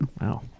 Wow